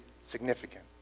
significant